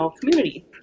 community